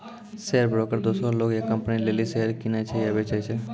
share broker दोसरो लोग या कंपनी लेली शेयर किनै छै या बेचै छै